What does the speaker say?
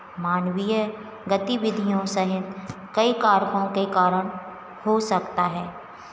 मानवीय गतिविधियों सहित कई कारकों के कारण हो सकता है